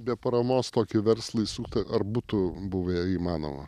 be paramos tokį verslą įsukti ar būtų buvę įmanoma